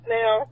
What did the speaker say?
now